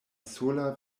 sola